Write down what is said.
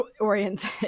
oriented